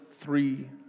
three